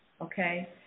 okay